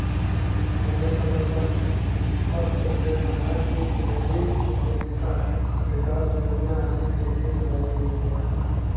मैंने समाचार पत्र में पढ़ा की डेयरी उधमिता विकास योजना अभी जल्दी चलाई गई है